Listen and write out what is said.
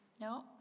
No